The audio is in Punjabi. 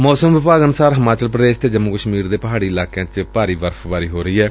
ਮੌਸਮ ਵਿਭਾਗ ਅਨੁਸਾਰ ਹਿਮਾਚਲ ਪੁਦੇਸ਼ ਅਤੇ ਜੰਮੁ ਕਸ਼ਮੀਰ ਚ ਪਹਾੜੀ ਇਲਾਕਿਆਂ ਚ ਭਾਰੀ ਬਰਫ਼ਬਾਰੀ ਹੋ ਰਹੀ ਏ